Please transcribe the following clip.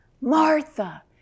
Martha